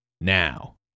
now